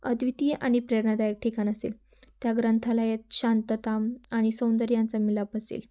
अद्वितीय आणि प्रेरणादायक ठिकाण असेल त्या ग्रंथालयात शांतता आणि सौंदर्य यांचा मिलाप असेल